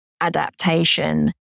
adaptation